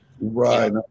Right